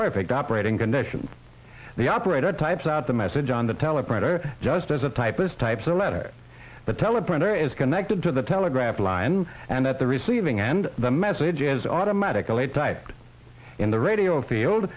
perfect operating condition the operator types out the message on the teleprompter just as a typist types a letter but tell a printer is connected to the telegraph line and at the receiving end the message is automatically typed in the radio field